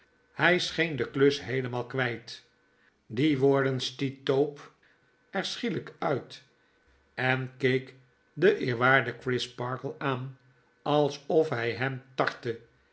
hy scheen de klus heelemaal kwijt die woorden stiet tope er schielyk uit en keek den eerwaarden crisparkle aan alsof hy hem tartte